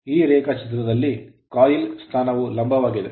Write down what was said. ಈ ರೇಖಾಚಿತ್ರದಲ್ಲಿ coil coil ಸ್ಥಾನವು ಲಂಬವಾಗಿದೆ